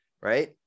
right